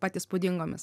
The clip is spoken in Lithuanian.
pat įspūdingomis